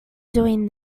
doing